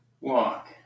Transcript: walk